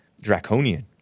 Draconian